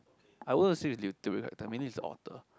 I won't assume is is the author